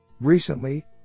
Recently